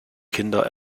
kinder